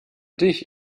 dich